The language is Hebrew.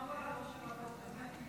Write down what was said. מה, של החוק הזה?